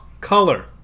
color